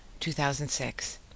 2006